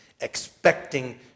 Expecting